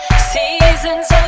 seasons